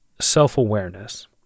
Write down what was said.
self-awareness